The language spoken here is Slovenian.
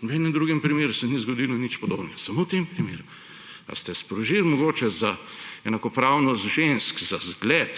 V nobenem drugem primeru se ni zgodilo nič podobnega, samo v tem primeru. Ali ste mogoče sprožili za enakopravnost žensk, za zgled